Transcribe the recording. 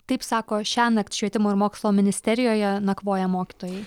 taip sako šiąnakt švietimo ir mokslo ministerijoje nakvoję mokytojai